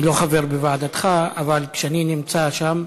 אני לא חבר בוועדתך, אבל כשאני נמצא שם,